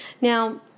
Now